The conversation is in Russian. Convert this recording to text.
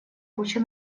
куча